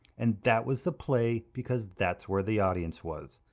and that was the play because that's where the audience was.